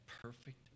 Perfect